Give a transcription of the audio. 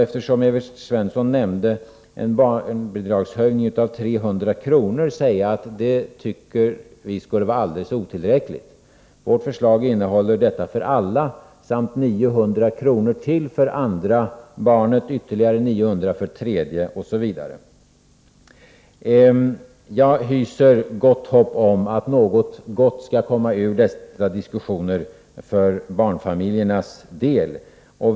Eftersom Evert Svensson nämnde en barnbidragshöjning på 300 kr. måste jag ändå säga att det enligt vår mening är alldeles otillräckligt. Vårt förslag går ut på en höjning med 300 kr. för alla barn, 900 kr. till för det andra barnet i familjen, ytterligare 900 kr. för det tredje barnet osv. Jag hyser gott hopp om att det skall komma ut något bra ur dessa diskussioner för barnfamiljernas del.